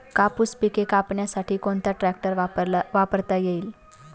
कापूस पिके कापण्यासाठी कोणता ट्रॅक्टर वापरता येईल?